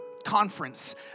conference